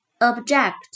Object